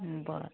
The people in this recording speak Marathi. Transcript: बरं